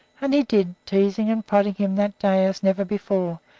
and he did, teasing and prodding him that day as never before,